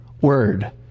word